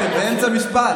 אתם באמצע משפט.